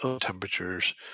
temperatures